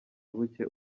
buke